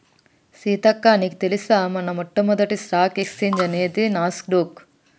సీతక్క నీకు తెలుసా మన మొట్టమొదటి స్టాక్ ఎక్స్చేంజ్ అనేది నాస్ డొక్